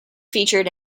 featured